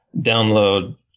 download